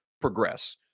progress